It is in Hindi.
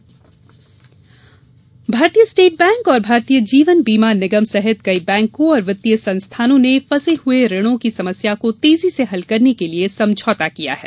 एसबीआई समझौता भारतीय स्टेट बैंक और भारतीय जीवन बीमा निगम सहित कई बैकों और वित्तीय संस्थानों ने फंसे हुए ऋणों की समस्या को तेजी से हल करने के लिए समझौता किया है